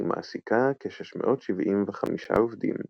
היא מעסיקה כ-675 עובדים.